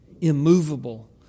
immovable